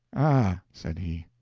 ah, said he,